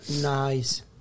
Nice